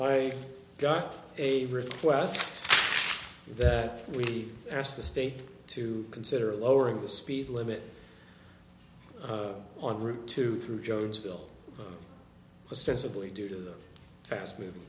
i got a request that we asked the state to consider lowering the speed limit on route two through jonesville ostensibly due to the fast moving